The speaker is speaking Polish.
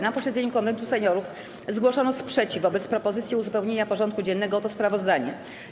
Na posiedzeniu Konwentu Seniorów zgłoszono sprzeciw wobec propozycji uzupełnienia porządku dziennego o to sprawozdanie.